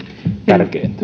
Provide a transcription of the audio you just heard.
tärkeintä